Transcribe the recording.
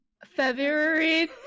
February